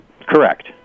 Correct